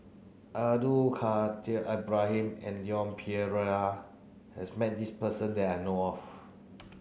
Abdul Kadir Ibrahim and Leon Perera has met this person that I know of